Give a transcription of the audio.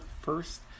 first